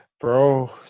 Bro